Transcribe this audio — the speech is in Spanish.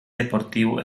deportivo